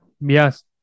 Yes